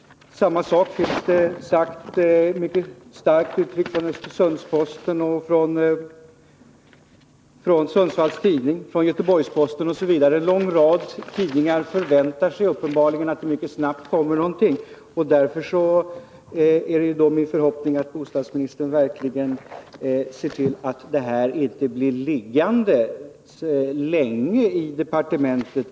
Samma sak finns mycket starkt uttryckt i Göteborgs-Posten, Sundsvalls Tidning, Östersunds-Posten osv. En lång rad tidningar förväntar sig uppenbarligen att det mycket snabbt händer någonting. Därför är det min förhoppning att bostadsministern verkligen ser till att förslaget inte blir liggande länge i departementet.